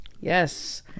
Yes